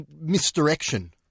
Misdirection